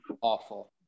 Awful